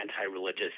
anti-religious